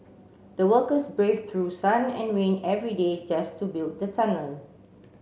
the workers braved through sun and rain every day just to build the tunnel